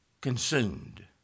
Consumed